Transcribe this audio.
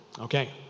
okay